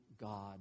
God